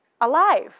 alive